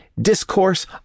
discourse